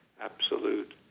absolute